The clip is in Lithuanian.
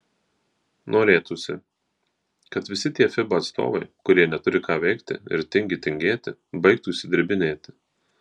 norėtųsi kad visi tie fiba atstovai kurie neturi ką veikti ir tingi tingėti baigtų išsidirbinėti